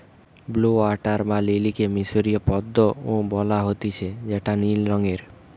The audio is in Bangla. ব্লউ ওয়াটার লিলিকে মিশরীয় পদ্ম ও বলা হতিছে যেটা নীল রঙের